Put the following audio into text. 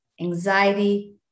anxiety